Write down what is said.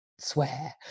Swear